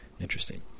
interesting